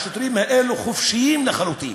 השוטרים האלה חופשיים לחלוטין.